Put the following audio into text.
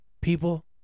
People